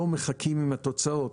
לא מחכים עם התוצאות,